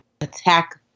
attack